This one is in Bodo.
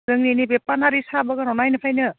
जोंनि नैबे पानेरि साहा बागानाव नायनो फैनो